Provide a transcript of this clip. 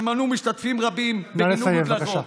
שמענו על משתתפים רבים, נא לסיים, בבקשה.